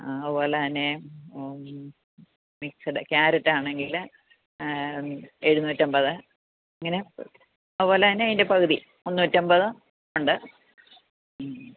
ആ അതുപോലെത്തന്നെ mixed carrot ആണെങ്കിൽ എഴുന്നൂറ്റമ്പത് ഇങ്ങനെ അതുപോലെ തന്നെ അതിന്റെ പകുതി മുന്നൂറ്റമ്പത് ഉണ്ട് ഹ്മ്മ്